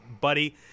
buddy